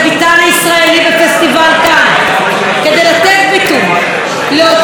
כדי לתת ביטוי לאותה תעשייה ישראלית,